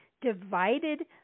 divided